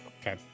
Okay